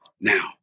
Now